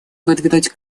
выдвинуть